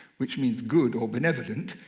which means good or benevolent,